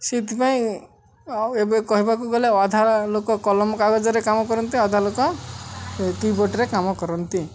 ସେଇଥିପାଇଁ ଆଉ ଏବେ କହିବାକୁ ଗଲେ ଅଧା ଲୋକ କଲମ କାଗଜରେ କାମ କରନ୍ତି ଅଧା ଲୋକ କିବୋର୍ଡ଼ରେ କାମ କରନ୍ତି